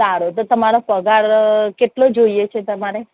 સારું તો તમારો પગાર કેટલો જોઇએ છે તમારે